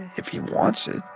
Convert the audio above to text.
if he wants it,